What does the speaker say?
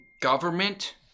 Government